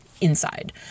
inside